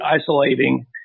isolating